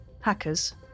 hackers